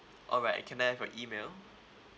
alright can I have your email